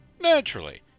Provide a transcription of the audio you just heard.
naturally